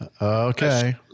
Okay